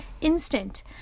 instant